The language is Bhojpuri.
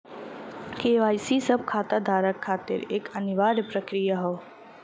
के.वाई.सी सब खाता धारक खातिर एक अनिवार्य प्रक्रिया हौ